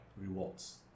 rewards